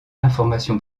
l’information